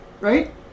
right